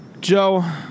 Joe